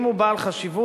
אם הוא בעל חשיבות,